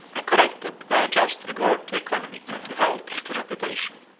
and corrected by a just regard to economy, to health, and to reputation,